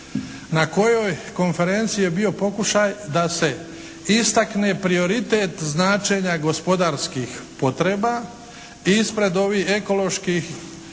na kojoj konferenciji je bio pokušaj da se istakne prioritet značenja gospodarskih potreba ispred ovih ekoloških,